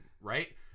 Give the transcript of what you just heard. right